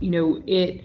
you know it